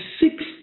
six